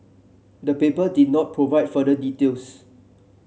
the paper did not provide further details